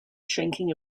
shrinking